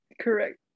Correct